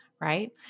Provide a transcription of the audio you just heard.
right